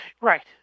Right